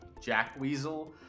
jackweasel